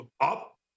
up